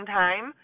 time